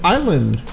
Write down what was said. Island